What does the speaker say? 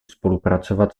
spolupracovat